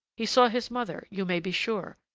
he saw his mother, you may be sure,